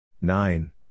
nine